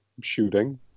shooting